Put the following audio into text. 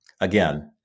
Again